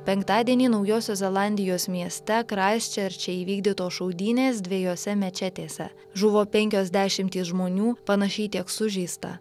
penktadienį naujosios zelandijos mieste kraiščerče įvykdytos šaudynės dviejose mečetėse žuvo penkios dešimtys žmonių panašiai tiek sužeista